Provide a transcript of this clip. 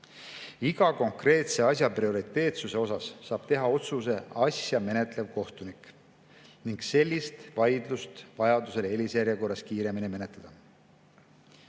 Iga konkreetse asja prioriteetsuse kohta saab teha otsuse asja menetlev kohtunik ning sellist vaidlust vajadusel eelisjärjekorras kiiremini menetleda.